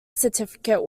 certificate